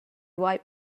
wiped